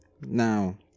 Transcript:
now